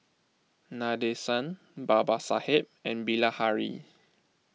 Nadesan Babasaheb and Bilahari